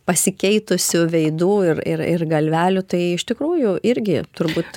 pasikeitusių veidų ir ir ir galvelių tai iš tikrųjų irgi turbūt